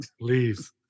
please